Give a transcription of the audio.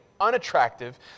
unattractive